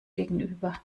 gegenüber